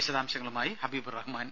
വിശദാശംശങ്ങളുമായി Habib Rahman